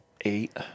Eight